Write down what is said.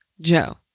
Joe